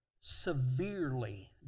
severely